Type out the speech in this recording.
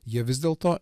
jie vis dėlto